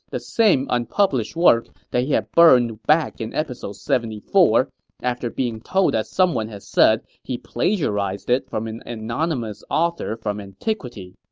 the same unpublished work that he had burned back in episode seventy four after being told that someone had said he plagiarized it from an anonymous author from antiquity.